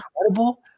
incredible